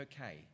okay